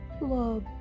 Love